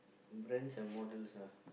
brands and models ah